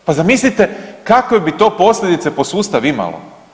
Pa zamislite kakve bi to posljedice po sustav imalo.